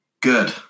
good